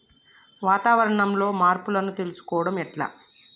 వాతావరణంలో మార్పులను తెలుసుకోవడం ఎట్ల?